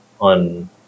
on